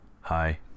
Hi